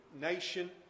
nation